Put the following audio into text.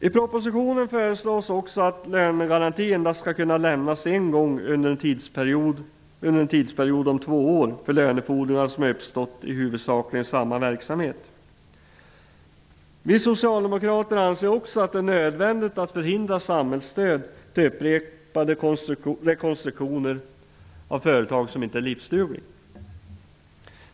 I propositionen föreslås vidare att lönegaranti skall lämnas endast en gång under en tidsperiod om två år för lönefordringar som uppstått i huvudsakligen samma verksamhet. Vi socialdemokrater anser också att det är nödvändigt att förhindra samhällsstöd till upprepade rekonstruktioner av företag som inte är livsdugliga.